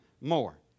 more